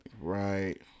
right